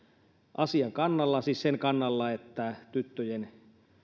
asian kannalla siis sen kannalla että tyttöjen